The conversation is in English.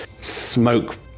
smoke